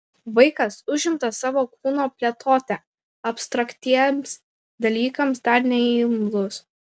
vaikas užimtas savo kūno plėtote abstraktiems dalykams dar neimlus